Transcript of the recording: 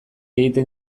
egiten